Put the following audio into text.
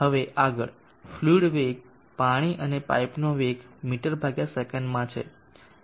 હવે આગળ ફ્લુઈડ વેગ પાણી અને પાઈપ નો વેગ મીસે માં છે